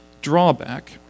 drawback